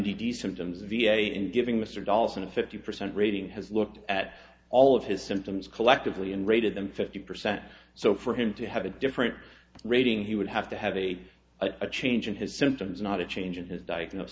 t d symptoms v a in giving mr dolphin a fifty percent rating has looked at all of his symptoms collectively and rated them fifty percent so for him to have a different rating he would have to have a a change in his symptoms not a change in his diagnos